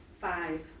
Five